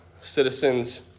citizens